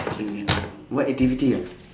what activity ah